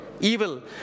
evil